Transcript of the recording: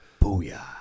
Booyah